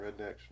rednecks